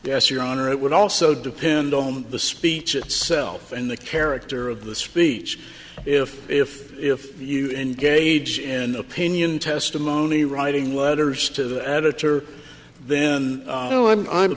yes your honor it would also depend on the speech itself and the character of the speech if if if you engage in opinion testimony writing letters to the editor then